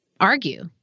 argue